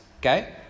Okay